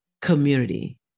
community